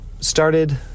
started